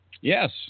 Yes